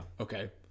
okay